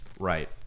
Right